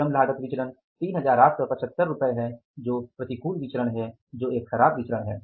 श्रम लागत विचरण 3875 रुपये है जो प्रतिकूल विचरण है जो ख़राब विचरण है